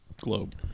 globe